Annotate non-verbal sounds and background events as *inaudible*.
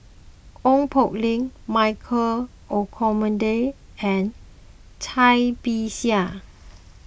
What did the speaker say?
Ong Poh Lim Michael Olcomendy and Cai Bixia *noise*